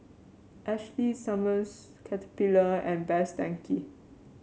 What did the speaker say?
Ashley Summers Caterpillar and Best Denki